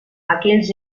aquells